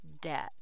debt